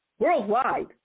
Worldwide